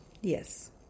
Yes